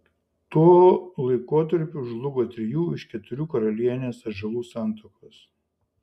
tuo laikotarpiu žlugo trijų iš keturių karalienės atžalų santuokos